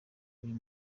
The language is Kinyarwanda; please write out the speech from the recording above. uyu